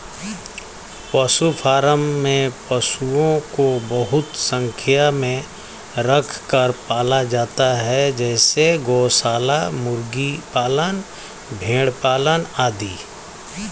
पशु फॉर्म में पशुओं को बहुत संख्या में रखकर पाला जाता है जैसे गौशाला, मुर्गी पालन, भेड़ पालन आदि